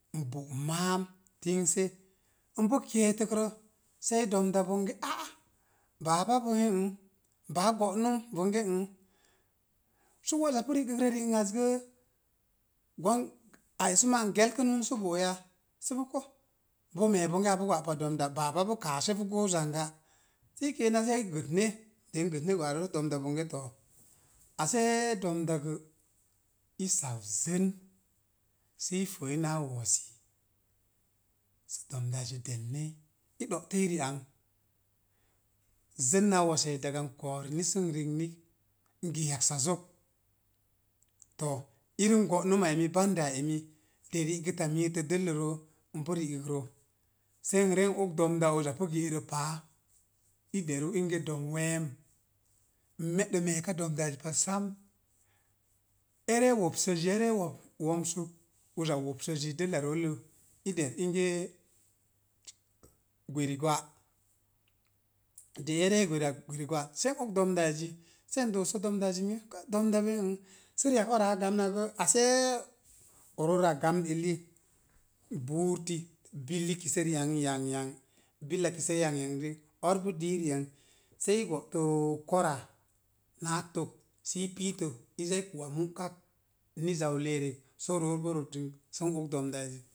N bo’ máá tingsee npu kéétəkrə sei domda bonge áá baba bongə báá go'num bongə sə waza pu ri'gəttə riazgə gwan a esu máám ge̱e̱ kunum sə bo'ya? Sə bonge ko’ bo me̱e̱ bonge apu gwa'pa domda, baba bo kaaseepu gou zanga. Sə keenam sei gətne de gətné gwa roo sei domda bonge to’ assee i sau zen, sə i fəəi náá wo̱si sə domdaazi de̱nnei i ɗo'tei rian g zen naa wo̱siya diga n ko̱orini sə n regnik n gee yaksa zok to̱o̱ irim go'numa ri emi banda emi, de rigəta miitə dəllə roo, npu rigəkrə sei n ree oks domda uza pu rigəttə páá i deru inge dom we̱e̱m n mede meeka domdaazzi pa sam, é ree wopsozi ere wom womsuk uza wopsi dəlla rolla̱. I der inge gweri- gwa de'é ree gweri- gwa se é oks domdaazi, sei n doosə domdaazi minge ka sə ara a gamn ri akgə asse rora gamn eli buur ti billi i kissə ri ang yang yang billa kissə yang yang ar pu dii ri ang sei i go'tə ko̱ra na tokt səi piitə sə i záá i ku’ a múkak ni zan leerek soo roobo rodo kind sə oks domda- a'zzi.